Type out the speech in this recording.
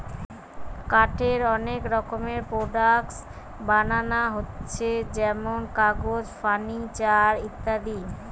কাঠের অনেক রকমের প্রোডাক্টস বানানা হচ্ছে যেমন কাগজ, ফার্নিচার ইত্যাদি